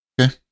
okay